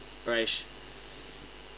alright